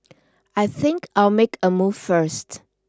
I think I'll make a move first